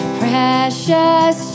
precious